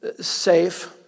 safe